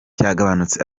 cyagabanutse